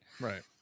Right